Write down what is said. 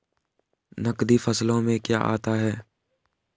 नकदी फसलों में क्या आता है?